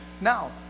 Now